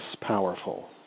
powerful